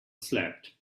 slept